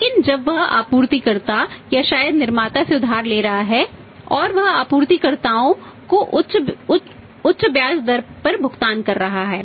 लेकिन जब वह आपूर्तिकर्ता या शायद निर्माता से उधार ले रहा है और वह आपूर्तिकर्ताओं को ब्याज की उच्च दर का भुगतान कर रहा है